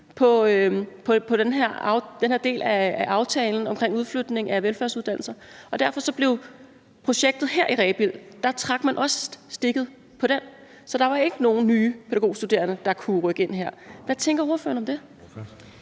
på den del af aftalen omkring udflytning af velfærdsuddannelser. Derfor trak man også stikket til projektet i Rebild, så der var ikke nogen nye pædagogstuderende, der kunne rykke ind der. Hvad tænker ordføreren om det?